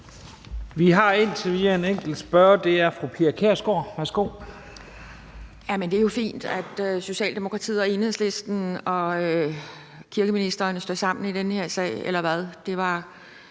Værsgo. Kl. 21:27 Pia Kjærsgaard (DF): Det er jo fint, at Socialdemokratiet, Enhedslisten og kirkeministeren står sammen i den her sag,